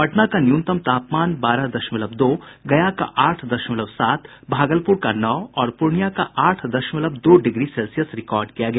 पटना का न्यूनतम तापमान बारह दशमलव दो गया का आठ दशमलव सात भागलप्र का नौ और पूर्णियां का आठ दशमलव दो डिग्री सेल्सियस रिकॉर्ड किया गया